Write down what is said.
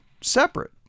separate